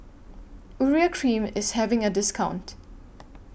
Urea Cream IS having A discount